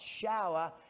shower